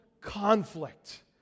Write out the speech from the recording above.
conflict